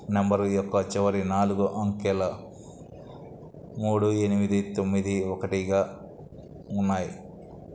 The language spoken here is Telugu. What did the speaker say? నెంబరు యొక్క చివరి నాలుగు అంకెలు మూడు ఎనిమిది తొమ్మిది ఒకటిగా ఉన్నాయి